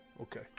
Okay